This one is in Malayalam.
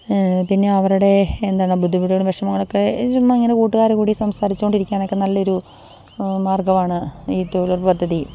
പിന്നെ അവരുടെ എന്താണ് ബുദ്ധിമുട്ടുകൾ വിഷമങ്ങളൊക്കെ ചുമ്മ ഇങ്ങനെ കൂട്ടുകാർ കൂടി സംസാരിച്ചു കൊണ്ടിരിക്കാനൊക്കെ നല്ലൊരു മാർഗ്ഗമാണ് ഈ തൊഴിലുറപ്പ് പദ്ധതി